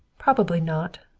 probably not.